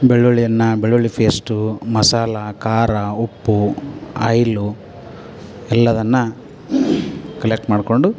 ಬೆಳ್ಳುಳ್ಳಿಯನ್ನು ಬೆಳ್ಳುಳ್ಳಿ ಫೇಸ್ಟು ಮಸಾಲೆ ಖಾರ ಉಪ್ಪು ಆಯಿಲ್ಲು ಎಲ್ಲದನ್ನೂ ಕಲೆಕ್ಟ್ ಮಾಡಿಕೊಂಡು